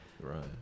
Right